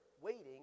Waiting